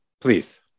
please